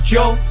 Joe